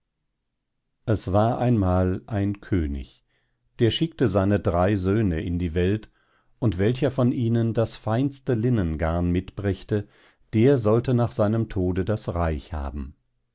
es war einmal ein könig der schickte seine drei söhne in die welt und welcher von ihnen das feinste linnengarn mitbrächte der sollte nach seinem tode das reich haben